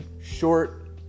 short